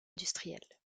industriel